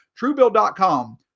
Truebill.com